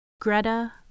Greta